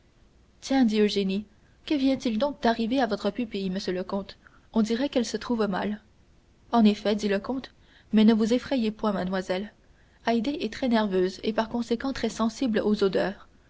tiens dit eugénie que vient-il donc d'arriver à votre pupille monsieur le comte on dirait qu'elle se trouve mal en effet dit le comte mais ne vous effrayez point mademoiselle haydée est très nerveuse et par conséquent très sensible aux odeurs